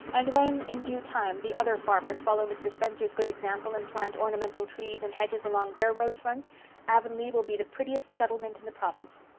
and when, in due time, the other farmers follow mr. spencer's good example and plant ornamental trees and hedges along their road fronts avonlea will be the prettiest settlement in the province.